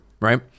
Right